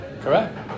correct